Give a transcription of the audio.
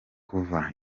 kuva